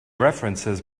references